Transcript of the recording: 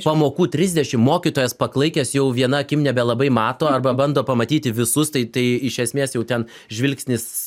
pamokų trisdešim mokytojas paklaikęs jau viena akim nebelabai mato arba bando pamatyti visus tai tai iš esmės jau ten žvilgsnis